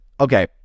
Okay